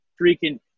freaking